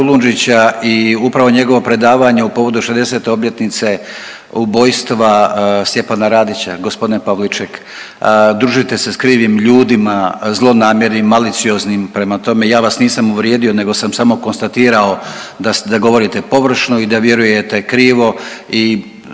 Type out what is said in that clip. i upravo njegovo predavanje u povodu 60. obljetnice ubojstva Stjepana Radića. Gospodine Pavliček, družite se s krivim ljudima, zlonamjernim, malicioznim, prema tome ja vas nisam uvrijedio nego sam samo konstatirao da, da govorite površno i da vjerujte krivo